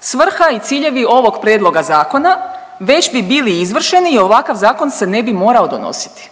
svrha i ciljevi ovog prijedloga zakona već bi bili izvršeni i ovakav zakon se ne bi morao donositi.